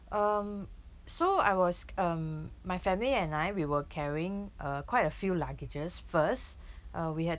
um so I was um my family and I we were carrying uh quite a few luggages first uh we had